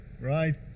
right